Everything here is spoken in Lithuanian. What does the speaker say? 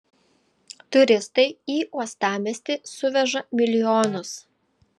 turistai į uostamiestį suveža milijonus